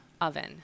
oven